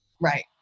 Right